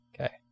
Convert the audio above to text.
okay